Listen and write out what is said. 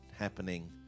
Happening